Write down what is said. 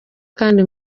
kandi